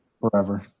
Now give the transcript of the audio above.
forever